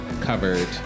covered